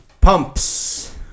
Pumps